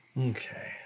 okay